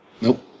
nope